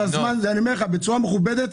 אני אומר לך בצורה מכובדת,